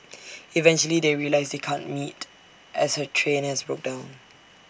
eventually they realise they can't meet as her train has broken down